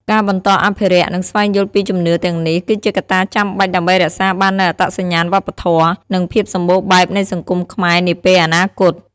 ការបន្តអភិរក្ស និងស្វែងយល់ពីជំនឿទាំងនេះ គឺជាកត្តាចាំបាច់ដើម្បីរក្សាបាននូវអត្តសញ្ញាណវប្បធម៌ និងភាពសម្បូរបែបនៃសង្គមខ្មែរនាពេលអនាគត។